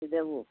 ଦେବୁ